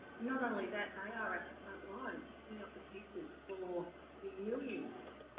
not only that they are at the front lines picking up the pieces for the millions